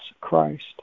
Christ